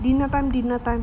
dinner time dinner time